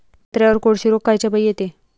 संत्र्यावर कोळशी रोग कायच्यापाई येते?